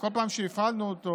ובכל פעם שהפעלנו אותו